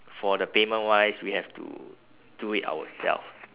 for the payment wise we have to do it ourselves